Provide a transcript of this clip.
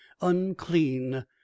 unclean